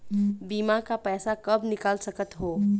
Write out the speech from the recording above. बीमा का पैसा कब निकाल सकत हो?